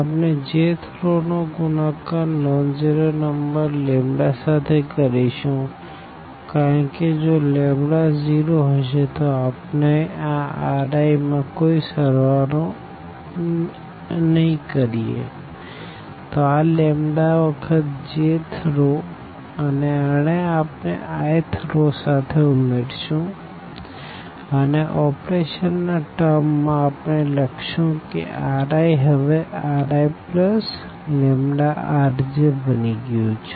આપણે j th row નો ગુણાકાર નોન ઝીરો નંબર લેમ્બ્ડા સાથે કરીશું કારણ કે જો લેમ્બ્ડા 0 હશે તો આપણે આ Ri માં કોઈ સળવાળો ની કરીએ તો આ લેમ્બ્ડા વખત j th રો અને આને આપણે i th રો સાથે ઉમેરશું અને ઓપરેશન ના ટર્મ માં આપણે લખશું કે Ri હવે RiλRj બની ગયું છે